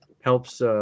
helps